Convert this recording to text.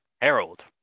Harold